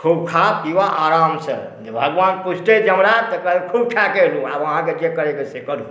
खूब खा पीबऽ आरामसॅं जॅं भगवान पुछतै हमरा तऽ कहबै खूब खाकऽ अयलहुँ हेँ आब अहाँकए जे करयकेये से करू